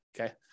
Okay